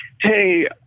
hey